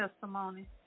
testimony